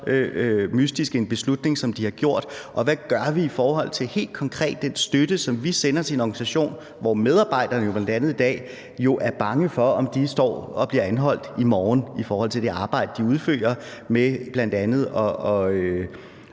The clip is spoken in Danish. mystisk en beslutning, som de har gjort? Og hvad gør vi helt konkret i forhold til den støtte, som vi sender til en organisation, hvor medarbejderne jo bl.a. i dag er bange for, om de står og bliver anholdt i morgen på grund af det arbejde, de udfører med bl.a.